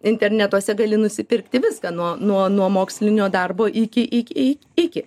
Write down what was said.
internetuose gali nusipirkti viską nuo nuo mokslinio darbo iki iki i iki